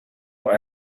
but